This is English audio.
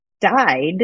died